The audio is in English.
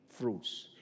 fruits